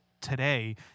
today